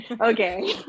Okay